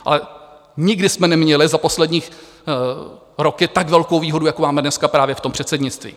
Ale nikdy jsme neměli za poslední roky tak velkou výhodu, jako máme dneska právě v tom předsednictví.